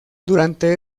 durante